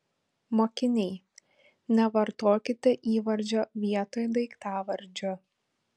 mokiniai nevartokite įvardžio vietoj daiktavardžio